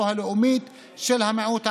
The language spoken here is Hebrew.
"של המיעוט הערבי,